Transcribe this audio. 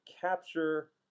capture